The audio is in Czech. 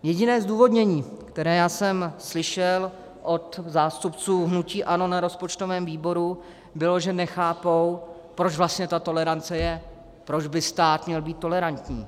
Jediné zdůvodnění, které jsem slyšel od zástupců hnutí ANO na rozpočtovém výboru, bylo, že nechápou, proč vlastně ta tolerance je, proč by stát měl být tolerantní.